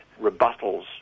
rebuttals